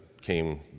came